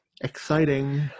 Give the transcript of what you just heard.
Exciting